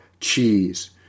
cheese